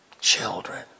children